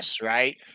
right